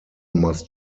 must